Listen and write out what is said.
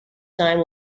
time